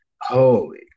holy